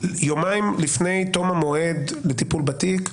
יומיים לפני תום המועד לטיפול בתיק,